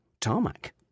tarmac